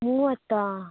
ಮೂವತ್ತಾ